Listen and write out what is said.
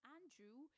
Andrew